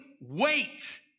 wait